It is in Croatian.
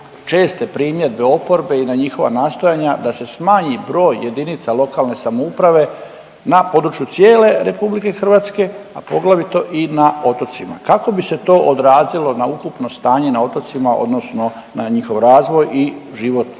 česte primjedbe oporbe i na njihova nastojanja da se smanji broj jedinica lokalne samouprave na području cijele RH, a poglavito i na otocima. Kako bi se to odrazilo na ukupno stanje na otocima odnosno na njihov razvoj i život samih